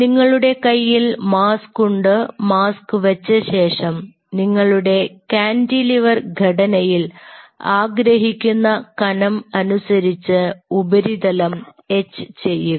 നിങ്ങളുടെ കയ്യിൽ മാസ്ക് ഉണ്ട് മാസ്ക് വച്ചശേഷം നിങ്ങളുടെ കാന്റിലിവർ ഘടനയിൽ ആഗ്രഹിക്കുന്ന കനം അനുസരിച്ച് ഉപരിതലം എച്ച് ചെയ്യുക